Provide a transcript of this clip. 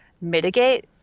mitigate